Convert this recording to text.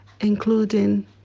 including